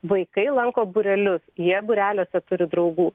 vaikai lanko būrelius jie būreliuose turi draugų